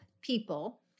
people